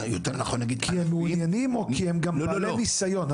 כי הם מעוניינים או כי יש להם ניסיון,